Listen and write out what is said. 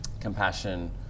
compassion